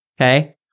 Okay